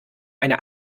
eine